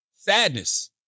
sadness